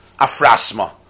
Afrasma